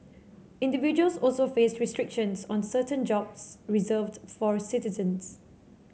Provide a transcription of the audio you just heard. individuals also face restrictions on certain jobs reserved for citizens